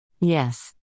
Yes